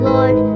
Lord